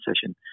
session